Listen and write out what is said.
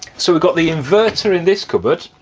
so we've got the inverter in this cupboard,